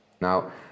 Now